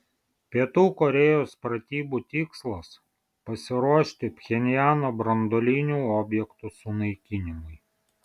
pietų korėjos pratybų tikslas pasiruošti pchenjano branduolinių objektų sunaikinimui